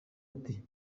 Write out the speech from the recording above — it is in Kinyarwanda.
ati